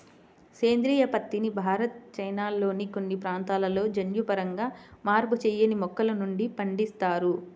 సేంద్రీయ పత్తిని భారత్, చైనాల్లోని కొన్ని ప్రాంతాలలో జన్యుపరంగా మార్పు చేయని మొక్కల నుండి పండిస్తారు